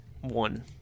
One